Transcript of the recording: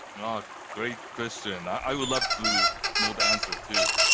ah but great question. i would love to know the answer too,